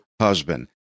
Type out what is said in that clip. husband